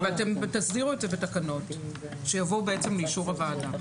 אבל אתם תסדירו את זה בתקנות שיבואו בעצם לאישור הוועדה.